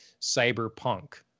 cyberpunk